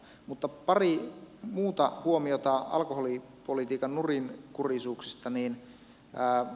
mutta pari muuta huomiota alkoholipolitiikan nurinkurisuuksista